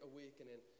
Awakening